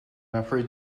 afraid